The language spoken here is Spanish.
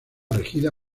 regida